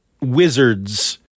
wizards